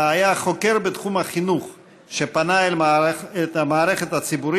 החל לכהן אלדרוטי כחבר כנסת מטעם סיעת המערך,